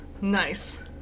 Nice